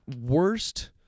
worst